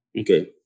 Okay